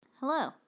Hello